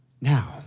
Now